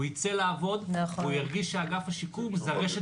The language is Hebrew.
הוא יצא לעבוד וירגיש שאגף השיקום זאת רשת